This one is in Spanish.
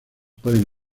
pueden